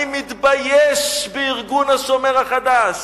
אני מתבייש בארגון "השומר החדש".